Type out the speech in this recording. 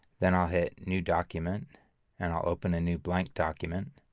then i'll hit new document and i'll open a new blank document.